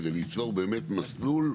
כדי ליצור באמת מסלול,